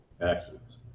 accidents